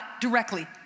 directly